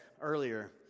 earlier